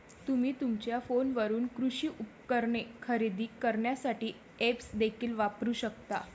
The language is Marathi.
तुम्ही तुमच्या फोनवरून कृषी उपकरणे खरेदी करण्यासाठी ऐप्स देखील वापरू शकता